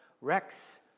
Rex